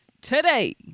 today